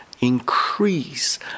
increase